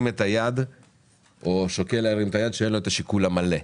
את היד כאשר אין לו את השיקול המלא,